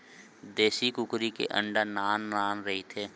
देसी कुकरी के अंडा नान नान रहिथे